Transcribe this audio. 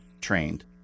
trained